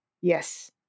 Yes